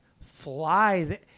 fly